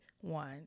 one